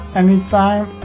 anytime